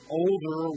older